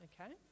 okay